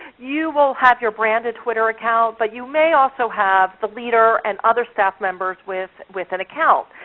you will have your branded twitter account, but you may also have the leader and other staff members with with an account.